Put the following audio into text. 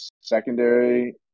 secondary